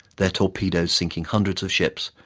their torpedoes sinking hundreds of ships,